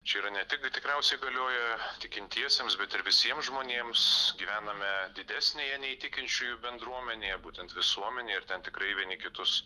čia yra ne tik tikriausiai galioja tikintiesiems bet ir visiems žmonėms gyvename didesnėje nei tikinčiųjų bendruomenėje būtent visuomenėje ir ten tikrai vieni kitus